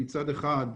וצפונה.